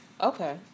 Okay